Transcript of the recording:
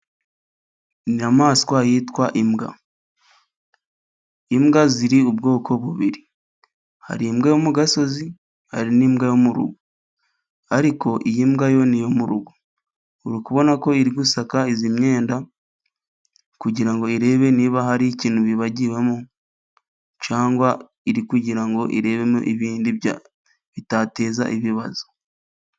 Inyamaswa yitwa imbwa. Imbwa ziri ubwoko bubiri. Hari imbwa yo mu gasozi, hari n'imbwa yo mu rugo. Ariko iyi mbwa yo ni iyo mu rugo. Urabona ko iri gusaka iyi myenda, kugirango irebe niba hari ikintu bibagiwemo, cyangwa iri kugira ngo irebe ibindi bitateza ibibazo.